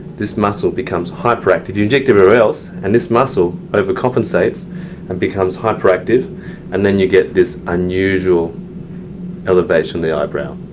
this muscle becomes hyperactive. you inject everywhere else and this muscle overcompensates and becomes hyperactive and then you get this unusual elevation of the eyebrow.